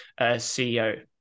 CEO